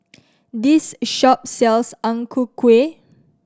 this shop sells Ang Ku Kueh